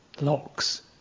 locks